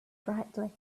brightly